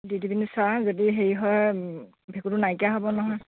দি দি পিনি চোৱা যদি হেৰি হয় ভেঁকুৰটো নাইকিয়া হ'ব নহয়